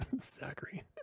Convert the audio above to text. Zachary